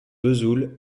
vesoul